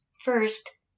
First